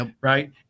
right